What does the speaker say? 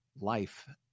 life